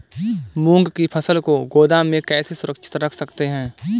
मूंग की फसल को गोदाम में कैसे सुरक्षित रख सकते हैं?